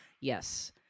Yes